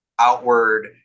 outward